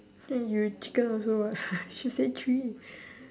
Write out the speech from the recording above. so you chicken also what she said three